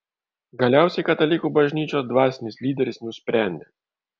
galiausiai katalikų bažnyčios dvasinis lyderis nusprendė